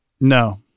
No